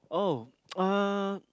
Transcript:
oh uh